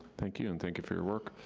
thank you, and thank you for your work.